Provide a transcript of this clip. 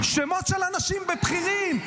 שמות של אנשים ובכירים.